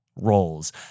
roles